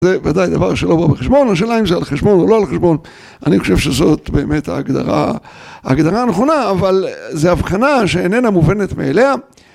זה ודאי דבר שלא בא בחשבון השאלה אם זה על חשבון או לא על חשבון, אני חושב שזאת באמת ההגדרה הנכונה אבל זה הבחנה שאיננה מובנת מאליה